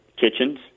kitchens